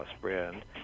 brand